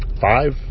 five